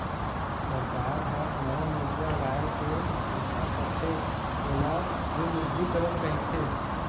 सरकार ह नवा मुद्रा लाए के घोसना करथे ओला विमुद्रीकरन कहिथें